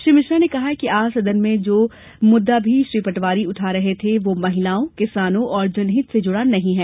श्री मिश्रा ने कहा कि आज सदन में जो मुद्दा श्री पटवारी उठा रहे थे वह महिलाओं किसानों और जनहित से नहीं जुड़ा है